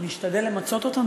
אני אשתדל למצות אותן,